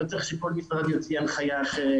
לא צריך שכל משרד יוציא הנחיה אחרת,